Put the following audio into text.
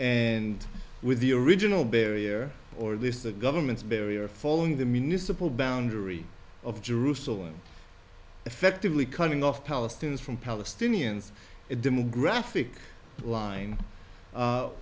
and with the original barrier or at least the government's barrier following the municipal boundary of jerusalem effectively cutting off palestinians from palestinians a demographic line